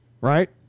right